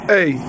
Hey